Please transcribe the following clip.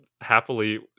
happily